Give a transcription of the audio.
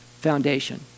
foundation